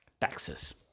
taxes